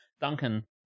Duncan